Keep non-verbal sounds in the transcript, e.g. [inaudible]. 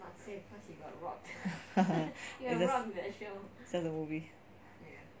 [laughs] ya it's just a movie